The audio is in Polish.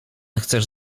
chcesz